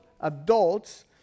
adults